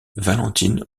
valentine